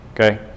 Okay